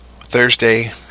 thursday